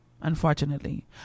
unfortunately